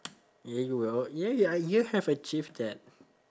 yeah you will yeah ya you have achieved that